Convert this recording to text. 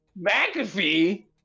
McAfee